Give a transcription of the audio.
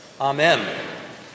Amen